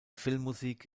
filmmusik